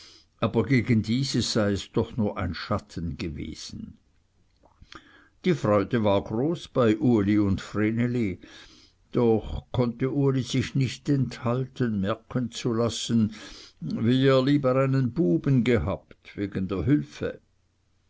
aber gegen dieses sei es doch nur ein schatten gewesen die freude war groß bei uli und vreneli doch konnte uli sich nicht enthalten merken zu lassen wie er lieber einen buben gehabt wegen der hülfe